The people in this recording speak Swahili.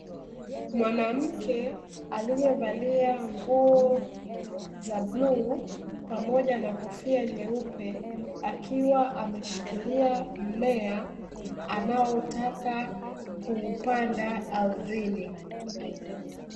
mwanamke alievalia nguo za bluu pamoja na kofia nyeupe, akiwa ameshikilia mmea anaotaka kuupanda ardhini .